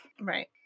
Right